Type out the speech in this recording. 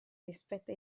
rispetto